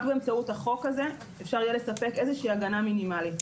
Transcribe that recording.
רק באמצעות החוק הזה אפשר יהיה לספק איזושהי הגנה מינימלית.